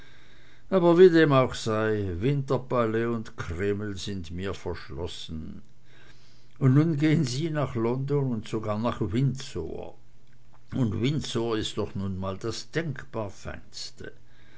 aber wie dem auch sei winterpalais und kreml sind mir verschlossen und nun gehen sie nach london und sogar nach windsor und windsor ist doch nun mal das denkbar feinste